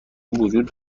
وجود